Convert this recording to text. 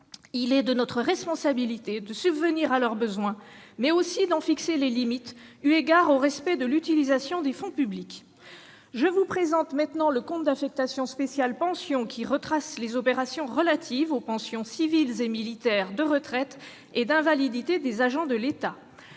il est de notre responsabilité de subvenir à leurs besoins, mais aussi d'en fixer les limites, eu égard au respect de l'utilisation des fonds publics. Très bien ! Le compte d'affectation spéciale « Pensions » retrace les opérations relatives aux pensions civiles et militaires de retraite et d'invalidité des agents de l'État